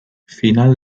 final